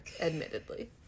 admittedly